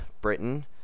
Britain